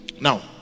Now